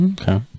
Okay